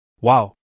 Wow